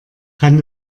kann